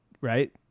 right